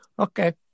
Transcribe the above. Okay